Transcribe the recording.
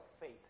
faith